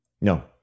No